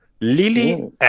lily